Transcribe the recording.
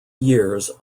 years